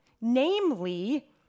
namely